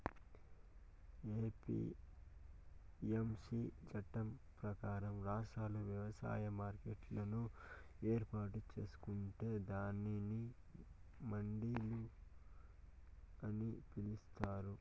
APMC చట్టం ప్రకారం, రాష్ట్రాలు వ్యవసాయ మార్కెట్లను ఏర్పాటు చేసుకొంటే దానిని మండిలు అని పిలుత్తారు